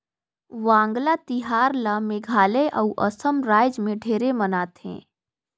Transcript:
वांगला तिहार ल मेघालय अउ असम रायज मे ढेरे मनाथे